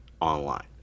online